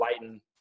lighten